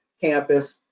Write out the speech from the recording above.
campus